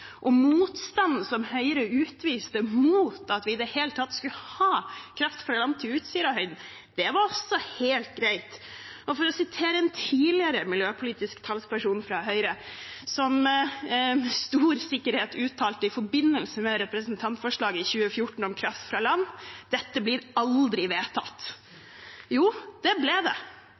og ikke skal kutte de utslippene. Motstanden som Høyre utviste mot at vi i det hele tatt skulle ha kraft fra land til Utsirahøyden, var også helt grei. En tidligere miljøpolitisk talsperson fra Høyre uttalte med stor sikkerhet i forbindelse med representantforslaget i 2014, om kraft fra land: Dette blir aldri vedtatt. Jo, det ble det, og jeg er glad for at Høyre nå skryter av det.